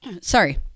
Sorry